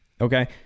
okay